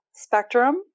spectrum